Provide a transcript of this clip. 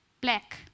Black